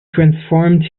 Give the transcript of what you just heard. transformed